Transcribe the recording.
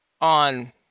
on